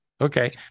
Okay